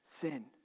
sin